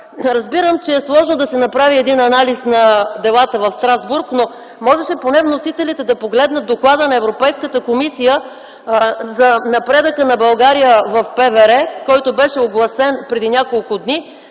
Разбирам, че е сложно да се направи един анализ на делата в Страсбург, но можеше поне вносителите да погледнат Доклада на Европейската комисия за напредъка на България в „Правосъдие и вътрешни работи”, който беше огласен преди няколко дни.